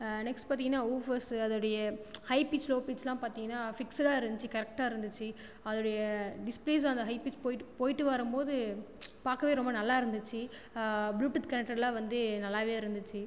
next பார்த்தீங்கனா ஊஃபர்ஸு அதோடைய ஹை பிச் லோ பிச்ளா பார்த்தீங்கனா ஃபிக்ஸடாக இருந்துச்சி கரெக்ட்டாக இருந்துச்சு அதோடைய டிஸ்பிளேஸ் அந்த ஹை பிச் போய்விட்டு போய்விட்டு வரபோது பார்க்கவே ரொம்ப நல்லா இருந்துச்சு ப்ளூடூத் கனெக்டட்லாம் வந்து நல்லாவே இருந்துச்சு